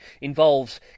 involves